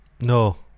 No